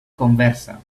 conversa